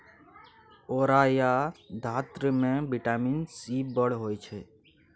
औरा या धातृ मे बिटामिन सी बड़ होइ छै